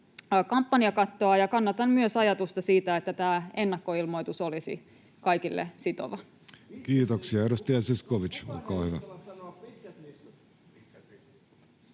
kampanjakattoa, ja kannatan myös ajatusta siitä, että tämä ennakkoilmoitus olisi kaikille sitova. [Aki Lindén: Kukaan